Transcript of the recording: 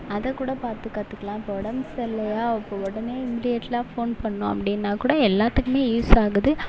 அதை கூட பார்த்து கத்துக்கலாம் இப்போ உடம்பு சரியில்லையா இப்போ உடனே இமீடியட்டா ஃபோன் பண்ணணும் அப்படினா கூட எல்லாத்துக்கும் யூஸ் ஆகுது